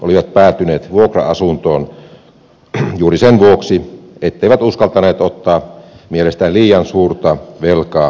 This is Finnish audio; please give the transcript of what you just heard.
hekin olivat päätyneet vuokra asuntoon juuri sen vuoksi etteivät uskaltaneet ottaa mielestään liian suurta velkaa kontolleen